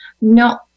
no